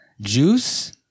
Juice